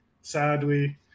sadly